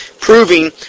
Proving